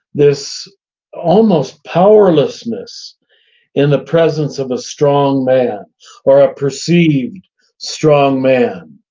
this almost powerlessness in the presence of a strong man or a perceived strong man.